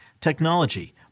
technology